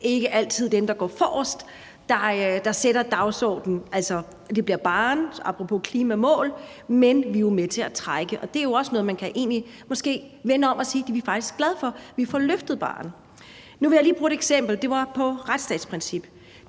ikke altid dem, der går forrest, der sætter dagsordenen, altså hvad barren bliver, apropos klimamål, men vi er jo med til at trække, og det er jo også noget, hvor man måske kan vende det om og sige, at det er vi faktisk glade for; vi får løftet barren. Nu vil jeg lige komme med et eksempel, og det går på retsstatsprincipperne.